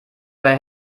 bei